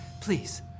Please